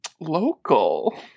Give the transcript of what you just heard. local